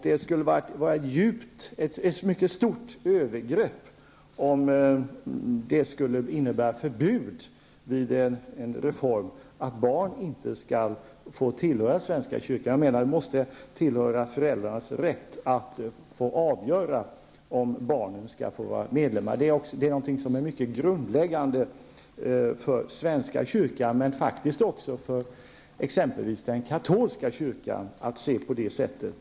Det skulle vara ett mycket stort övergrepp om det vid en reform skulle innebära förbud för barn att få tillhöra svenska kyrkan. Jag menar att det måste tillhöra föräldrarnas rätt att få avgöra om barnen skall få vara medlemmar. Detta synsätt är mycket grundläggande för svenska kyrkan, men faktiskt också för exempelvis den katolska kyrkan.